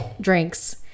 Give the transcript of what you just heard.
drinks